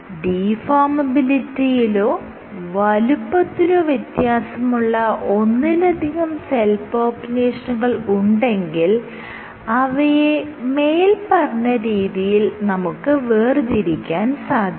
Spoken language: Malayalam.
ഡിഫോർമബിലിറ്റിയിലോ വലുപ്പത്തിലോ വ്യത്യാസമുള്ള ഒന്നിലധികം സെൽ പോപ്പുലേഷനുകൾ ഉണ്ടെങ്കിൽ അവയെ മേല്പറഞ്ഞ രീതിയിൽ നമുക്ക് വേർതിരിക്കാൻ സാധിക്കും